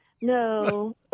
No